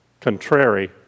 contrary